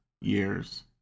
years